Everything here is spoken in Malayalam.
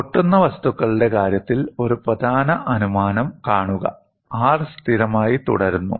പൊട്ടുന്ന വസ്തുക്കളുടെ കാര്യത്തിൽ ഒരു പ്രധാന അനുമാനം കാണുക R സ്ഥിരമായി തുടരുന്നു